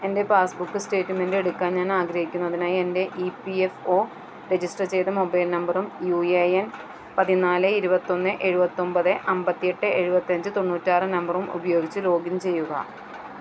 എന്റെ passbook statement എടുക്കാൻ ഞാൻ ആഗ്രഹിക്കുന്നു അതിനായി എന്റെ E P F O register ചെയ്ത മൊബൈൽ നമ്പറും യു എ എൻ പതിനാല് ഇരുപത്തൊന്ന് എഴുപത്തൊമ്പത് അമ്പത്തിയെട്ട് എഴുപത്തഞ്ച് തൊണ്ണൂറ്റാറ് നമ്പറും ഉപയോഗിച്ച് ലോഗിൻ ചെയ്യുക